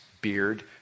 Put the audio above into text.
beard